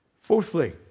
Fourthly